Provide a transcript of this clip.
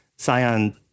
Sion